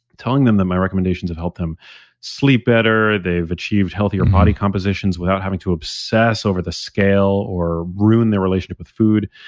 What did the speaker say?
telling them that my recommendations have helped them sleep better, they've achieved healthier body compositions without having to obsess over the scale, or ruin their relationship with food.